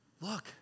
Look